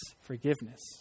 forgiveness